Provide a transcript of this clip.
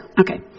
Okay